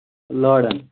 لٲرَن